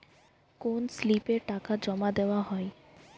কোন স্লিপে টাকা জমাদেওয়া হয়?